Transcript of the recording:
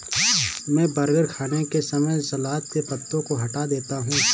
मैं बर्गर खाने के समय सलाद के पत्तों को हटा देता हूं